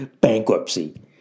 Bankruptcy